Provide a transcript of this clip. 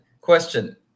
Question